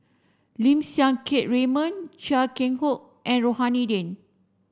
Lim Siang Keat Raymond Chia Keng Hock and Rohani Din